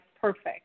perfect